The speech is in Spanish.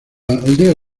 aldea